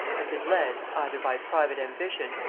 had been led, either by private ambition,